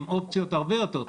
עם אופציות הרבה יותר טובות.